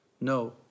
No